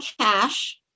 cash